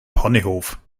ponyhof